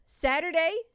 Saturday